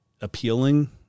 appealing